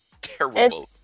Terrible